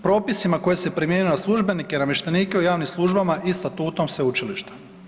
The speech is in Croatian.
Propisi koji se primjenjuju na službenike, namještenike u javnim službama i statutom sveučilišta.